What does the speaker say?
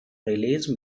release